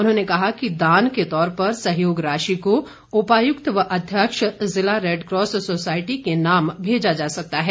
उन्होंने कहा कि दान के तौर पर सहयोग राशि को उपायुक्त व अध्यक्ष जिला रेडक्रॉस सोसायटी के नाम भेजा जा सकता है